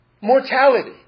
mortality